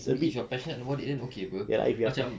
if you're passionate about it then okay [pe] macam